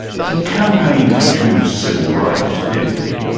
he campaigned for jews' civil rights, didn't he?